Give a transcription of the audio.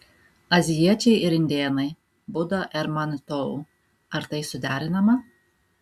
azijiečiai ir indėnai buda ir manitou ar tai suderinama